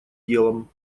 делом